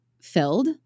filled